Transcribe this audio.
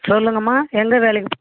சொல்லுங்கம்மா எந்த வேலைக்கு